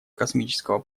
космического